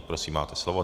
Prosím, máte slovo.